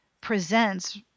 presents